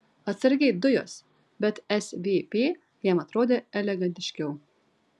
atsargiai dujos bet svp jam atrodė elegantiškiau